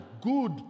good